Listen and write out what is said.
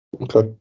Okay